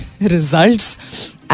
results